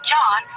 John